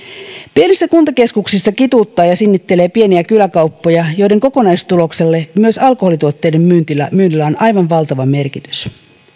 pienissä kuntakeskuksissa kituuttaa ja sinnittelee pieniä kyläkauppoja joiden kokonaistulokselle myös alkoholituotteiden myynnillä on aivan valtava merkitys